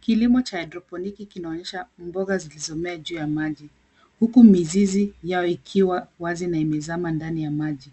Kilimo cha haidroponiki kinaonyesha mboga zilizo mea juu ya maji huku mizizi yao ikiwa wazi na imezama ndani ya maji.